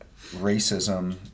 racism